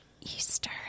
Easter